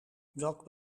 welk